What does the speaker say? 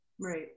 Right